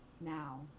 now